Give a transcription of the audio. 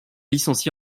licencié